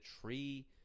tree